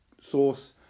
source